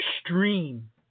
extreme